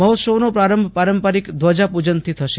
મહોત્સવનો પ્રારંભ પારંપારિક ધ્વજાપૂજનથી થશે